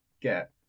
get